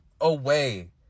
away